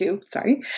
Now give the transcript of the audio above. sorry